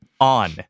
on